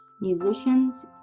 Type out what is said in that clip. musicians